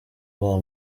bwa